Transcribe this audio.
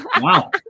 Wow